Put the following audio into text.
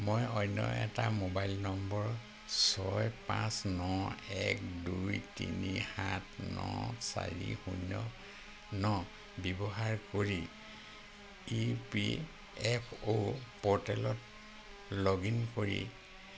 মই অন্য এটা মোবাইল নম্বৰ ছয় পাঁচ ন এক দুই তিনি সাত ন চাৰি শূন্য ন ব্যৱহাৰ কৰি ই পি এফ অ' প'ৰ্টেলত লগ ইন কৰি